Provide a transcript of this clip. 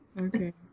Okay